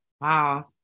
Wow